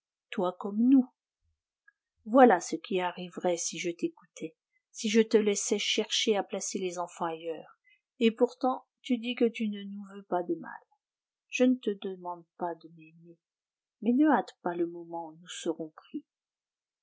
toi comme nous voilà ce qui arriverait si je t'écoutais si je te laissais chercher à placer les enfants ailleurs et pourtant tu dis que tu ne nous veux pas de mal je ne te demande pas de m'aimer mais ne hâte pas le moment où nous serons pris